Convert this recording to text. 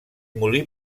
molí